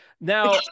Now